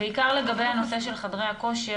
בעיקר לגבי הנושא של חדרי הכושר.